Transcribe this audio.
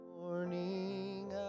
Morning